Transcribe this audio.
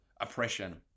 oppression